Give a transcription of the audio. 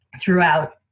throughout